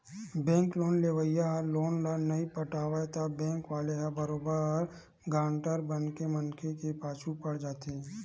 bank loan लेवइया ह loan ल नइ पटावय त बेंक वाले ह बरोबर गारंटर बने मनखे के पाछू पड़ जाथे